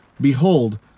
Behold